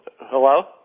Hello